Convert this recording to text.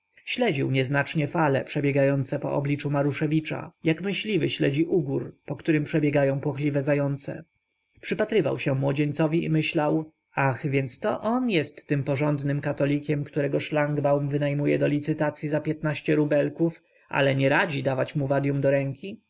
śledził nieznacznie fale przebiegające po obliczu maruszewicza jak myśliwy śledzi ugor po którym przebiegają płochliwe zające przypatrywał się młodzieńcowi i myślał ach więc to on jest tym porządnym katolikiem którego szlangbaum wynajmuje do licytacyi za piętnaście rubelków ale nie radzi dawać mu vadium do ręki